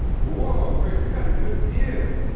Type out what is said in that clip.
whoa, grace, we got a good view.